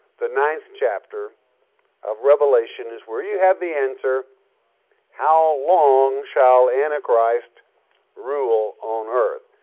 the ninth chapter of revelation is where you have the answer how long shall antichrist rule on earth.